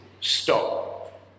stop